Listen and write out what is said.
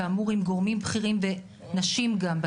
כאמור עם גורמים בכירים וגם נשים בכירות